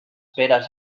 peres